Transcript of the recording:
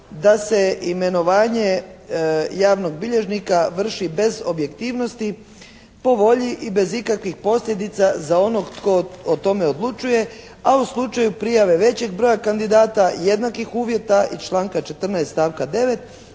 da se imenovanje javnog bilježnika vrši bez objektivnosti, po volji i bez ikakvih posljedica za onog tko o tome odlučuje, a u slučaju prijave većeg broja kandidata jednakih uvjeta i članka 14., stavka 9.